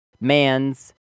man's